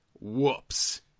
whoops